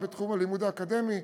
גם בתחום הלימוד האקדמי,